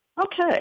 okay